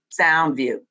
Soundview